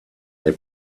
they